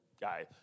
guy